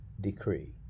decree